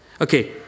Okay